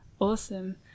Awesome